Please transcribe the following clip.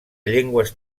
llengües